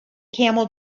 camel